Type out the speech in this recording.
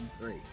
three